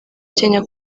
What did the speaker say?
kenya